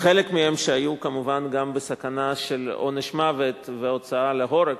כמובן חלק מהם שהיו גם בסכנה של עונש מוות והוצאה להורג.